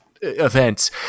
events